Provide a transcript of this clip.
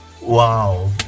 Wow